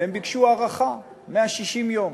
והם ביקשו הארכה, 160 יום.